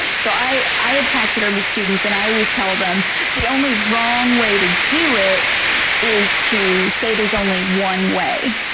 so i i have taxidermy students and i always tell them the only wrong way to do it is to say there's only one way.